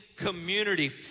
Community